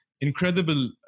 incredible